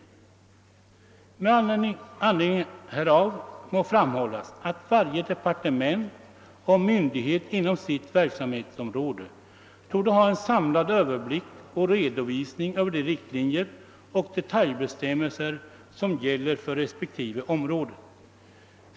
Med anledning härav må framhållas, att varje departement och myndighet inom sitt verksamhetsområde torde ha en samlad överblick och redovisning över de riktlinjer och detaljbestämmelser som gäller för respektive område.